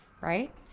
right